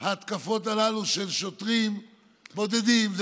ההתקפות הללו של שוטרים בודדים.